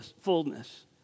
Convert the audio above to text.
fullness